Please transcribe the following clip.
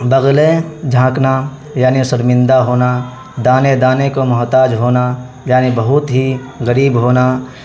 بغلے جھانکنا یعنی شرمندہ ہونا دانے دانے کو محتاج ہونا یعنی بہت ہی غریب ہونا